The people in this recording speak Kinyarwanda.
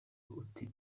uti